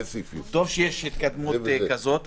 טוב שיש התקדמות כזאת,